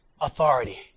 authority